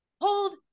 hold